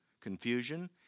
confusion